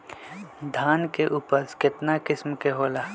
धान के उपज केतना किस्म के होला?